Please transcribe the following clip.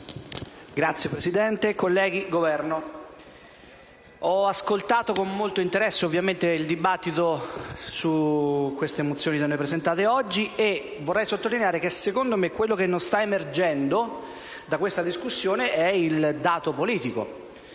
Signora Presidente, colleghi, Governo, ho ascoltato con molto interesse il dibattito su queste mozioni da noi presentate oggi e vorrei sottolineare che secondo me quello che non sta emergendo da questa discussione è il dato politico,